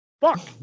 Fuck